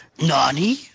Nani